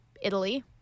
italy